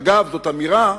אגב, זו אמירה,